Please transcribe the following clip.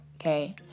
okay